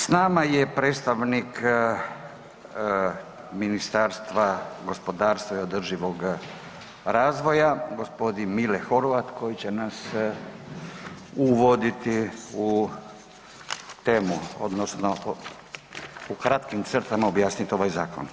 S nama je predstavnik Ministarstva gospodarstva i održivog razvoja, g. Mile Horvat koji će uvoditi u temu odnosno u kratkim crtama objasnit ovaj zakon.